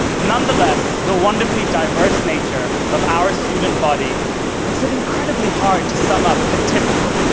nonetheless, the wonderfully diverse nature of our student body makes it incredibly hard to sum up the typical.